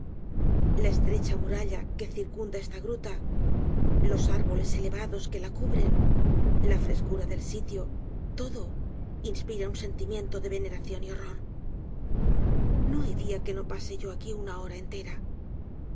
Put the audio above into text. la estrecha muralla que circunda esta gruta los árboles elevados que la cubren la frescura del sitio todo inspira un sentimiento de veneración y horror no hay día que no pase yo aqui una hora entera